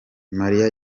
mariya